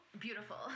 beautiful